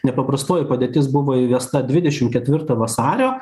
nepaprastoji padėtis buvo įvesta dvidešim ketvirtą vasario